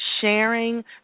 sharing